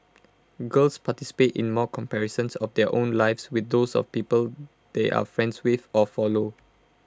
girls participate in more comparisons of their own lives with those of the people they are friends with or follow